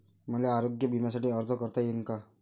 मले आरोग्य बिम्यासाठी अर्ज करता येईन का?